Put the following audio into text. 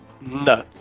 No